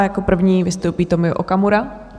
Jako první vystoupí Tomio Okamura.